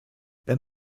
wenn